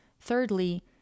Thirdly